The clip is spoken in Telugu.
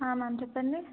మ్యామ్ చెప్పండి